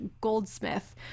goldsmith